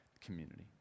community